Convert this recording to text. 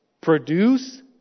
produce